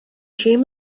dream